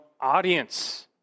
audience